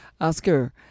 Oscar